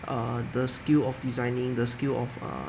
err the skill of designing the skill of err